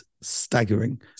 staggering